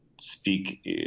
speak